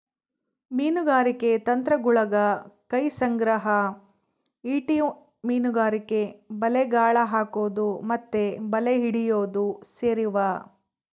ಮೀನುಗಾರಿಕೆ ತಂತ್ರಗುಳಗ ಕೈ ಸಂಗ್ರಹ, ಈಟಿ ಮೀನುಗಾರಿಕೆ, ಬಲೆ, ಗಾಳ ಹಾಕೊದು ಮತ್ತೆ ಬಲೆ ಹಿಡಿಯೊದು ಸೇರಿವ